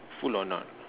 full or not